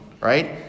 right